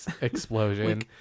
explosion